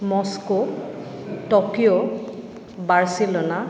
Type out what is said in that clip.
Moscow Tokyo Barcelona